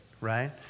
right